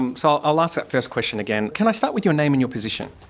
um so i'll ask that first question again can i start with your name and your position?